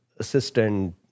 assistant